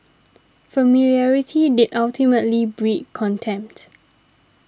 familiarity did ultimately breed contempt